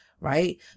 right